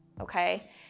okay